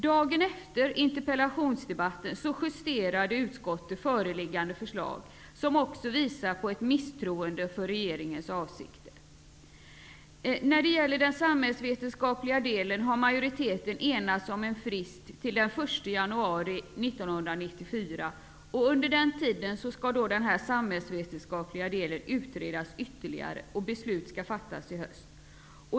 Dagen efter interpellationsdebatten justerade utskottet föreliggande förslag, som också visar på ett misstroende för regeringens avsikter. När det gäller den samhällsvetenskapliga delen har majoriteten enats om en frist till den 1 januari 1994, och under tiden skall den samhällsvetenskapliga delen utredas ytterligare och beslut fattas i höst.